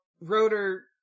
Rotor